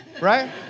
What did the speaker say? right